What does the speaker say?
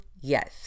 Yes